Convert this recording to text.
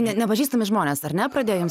ne nepažįstami žmonės ar ne nepradėjo jums